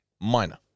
minor